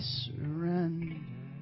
surrender